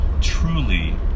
truly